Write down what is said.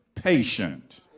Patient